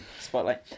Spotlight